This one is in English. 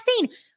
vaccine